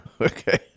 Okay